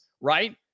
right